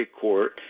court